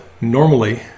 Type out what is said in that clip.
normally